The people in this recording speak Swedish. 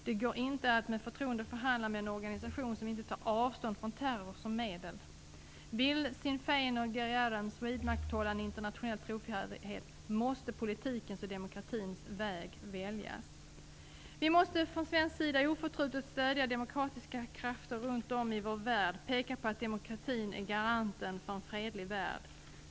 Det går inte att med förtroende förhandla med en organisation som inte tar avstånd från terror som medel. Vill Sinn Fein och Gerry Adams vidmakthålla en internationell trovärdighet måste politikens och demokratins väg väljas. Vi måste från svensk sida oförtrutet stödja demokratiska krafter runt om i vår värld och peka på att demokratin är garanten för en fredlig värld.